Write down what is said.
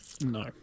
No